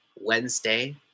Wednesday